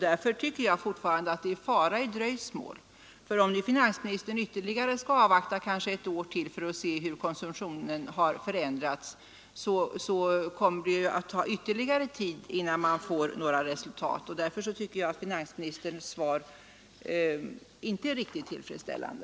Därför anser jag fortfarande att det är fara i dröjsmål. Om nu finansministern skall avvakta kanske ett år till för att se hur konsumtionen har förändrats, kommer det att ta ytterligare tid innan man får några resultat, och därför tycker jag att finansministerns svar inte är riktigt tillfredsställande.